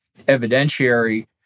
evidentiary